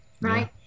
right